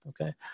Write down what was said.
okay